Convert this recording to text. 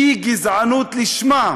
היא גזענות לשמה.